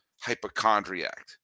hypochondriac